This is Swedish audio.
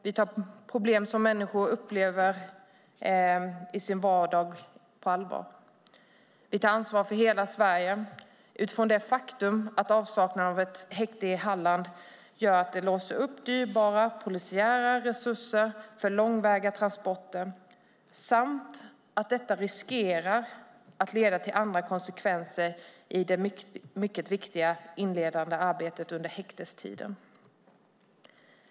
Vi tar problem som människor upplever i sin vardag på allvar. Vi tar ansvar för hela Sverige. Det är ett faktum att avsaknad av ett häkte i Halland gör att dyrbara polisiära resurser låses upp för långväga transporter, och detta riskerar att leda till andra konsekvenser i det mycket viktiga inledande arbetet under häktestiden.